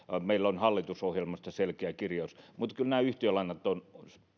meillä on hallitusohjelmassa selkeä kirjaus mutta kyllä nämä yhtiölainat ovat